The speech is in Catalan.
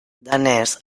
danès